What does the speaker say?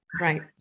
Right